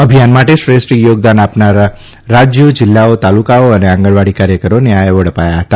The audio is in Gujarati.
અભિયાન માટે શ્રેષ્ઠ યોગદાન આપનાર રાજયો જિલ્લાઓ તાલુકાઓ અને આંગણવાડી કાર્યકરોને આ એવોર્ડ અપાયા હતા